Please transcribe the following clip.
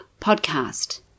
podcast